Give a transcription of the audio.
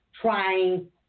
trying